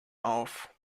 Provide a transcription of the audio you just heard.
auf